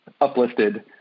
uplifted